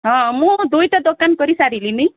ହଁ ମୁଁ ଦୁଇଟା ଦୋକାନ କରି ସାରିଲିିଣି